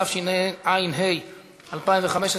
התשע"ה 2015,